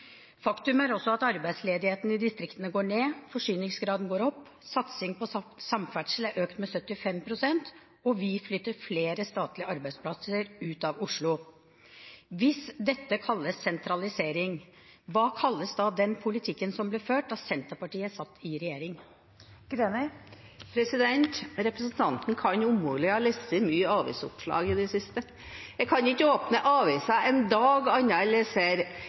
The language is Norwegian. Faktum er også at arbeidsledigheten i distriktene går ned, forsyningsgraden går opp, satsingen på samferdsel er økt med 75 pst., og vi flytter flere statlige arbeidsplasser ut av Oslo. Hvis dette kalles sentralisering, hva kalles da den politikken som ble ført da Senterpartiet satt i regjering? Representanten kan umulig ha lest mange avisoppslag i det siste. Jeg kan ikke åpne avisen en dag